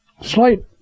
slight